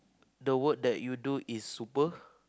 the work that you do is super